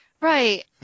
Right